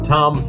Tom